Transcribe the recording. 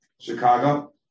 Chicago